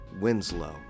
Winslow